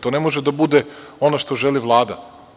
To ne može da bude ono što želi Vlada.